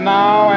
now